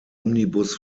omnibus